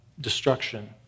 destruction